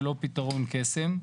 ולא פתרון קסם.